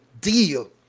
deal